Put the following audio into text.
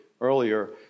earlier